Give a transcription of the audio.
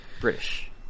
british